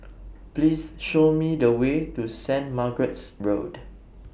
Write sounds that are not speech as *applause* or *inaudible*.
*noise* Please Show Me The Way to Saint Margaret's Road